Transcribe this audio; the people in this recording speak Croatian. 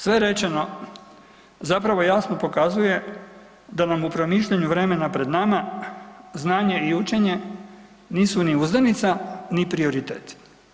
Sve rečeno zapravo jasno pokazuje da nam u promišljanju vremena pred nama znanje i učenje nisu ni uzdanica ni prioritet.